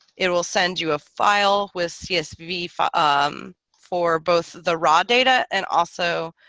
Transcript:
it will send you a file with csv for um for both the raw data and also